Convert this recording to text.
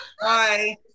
Bye